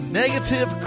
negative